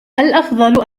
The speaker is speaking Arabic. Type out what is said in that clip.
الأفضل